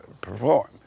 perform